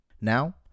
Now